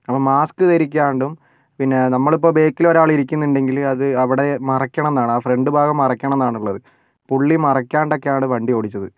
അപ്പോൾ മാസ്ക് ധരിക്കാണ്ടും പിന്നെ നമ്മളിപ്പോൾ ബാക്കിൽ ഒരാൾ ഇരിക്കുന്നുണ്ടെങ്കിൽ അത് അവിടെ മറയ്ക്കണം എന്നാണ് ആ ഫ്രണ്ട് ഭാഗം മറയ്ക്കണം എന്നാണുള്ളത് പുള്ളി മറയ്ക്കാണ്ടൊക്കെയാണ് വണ്ടി ഓടിച്ചത്